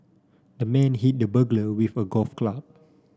the man hit the burglar with a golf club